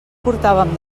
portàvem